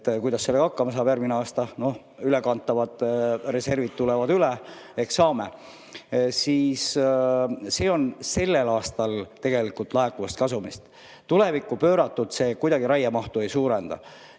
Kuidas sellega hakkama saab järgmine aasta? Noh, ülekantavad reservid tulevad üle, nii et ehk saame. See on sellel aastal tegelikult laekuvast kasumist. Tulevikku pööratult see kuidagi raiemahtu ei suurenda.